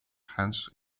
hence